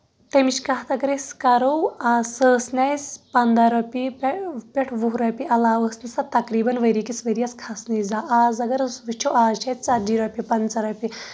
تَمِچ کَتھ اَگر أسۍ کَرو آ سۄ أس نہٕ اَسہِ پَنٛداہ رۄپیہِ پٮ۪ٹھ وُہ رۄپیہِ علاوٕ ٲس نہٕ سۄ تقریٖبن ؤری کِس ؤرۍیس کھژنٕے زانٛہہ آز اَگر أسۍ وٕچھو آز چھٕ اَتہِ ژَتجی رۄپییہِ پَنٛژاہ رۄپیہِ